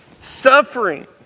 suffering